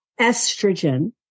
Estrogen